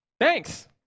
Thanks